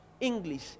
English